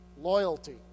loyalty